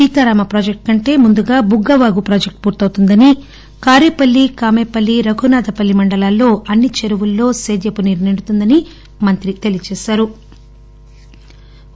సీతారామ ప్రాజెక్లు కంటే ముందుగా బుగ్గ వాగు ప్రాజెక్టు పూర్తవుతుందని కారేపల్లి కామేపల్లి రఘునాథపల్లి మండలాల్లో అన్ని చెరువుల్లో సేద్యపు నీరు నిండుతుందని మంత్రి తెలియజేశారు